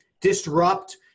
disrupt